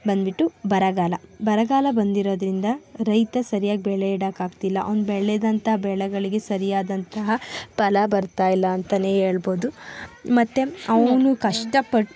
ಬಂದ್ಬಿಟ್ಟು ಬರಗಾಲ ಬರಗಾಲ ಬಂದಿರೋದ್ರಿಂದ ರೈತ ಸರಿಯಾಗಿ ಬೆಳೆ ಇಡೋಕ್ಕಾಗ್ತಿಲ್ಲ ಅವ್ನು ಬೆಳೆದಂಥ ಬೆಳೆಗಳಿಗೆ ಸರಿಯಾದಂತಹ ಫಲ ಬರ್ತಾ ಇಲ್ಲಾಂತನೇ ಹೇಳ್ಬೋದು ಮತ್ತೆ ಅವನು ಕಷ್ಟಪಟ್ಟು